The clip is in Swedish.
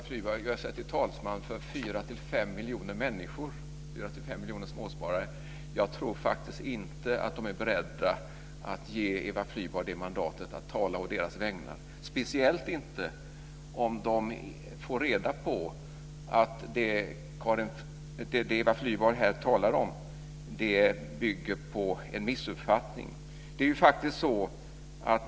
Fru talman! Eva Flyborg gör sig till talesman för Jag tror faktiskt inte att de är beredda att ge Eva Flyborg mandatet att tala å deras vägnar - speciellt inte om de får reda på att det hon här talar om bygger på en missuppfattning.